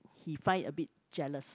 he find a bit jealous